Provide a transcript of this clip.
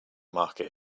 market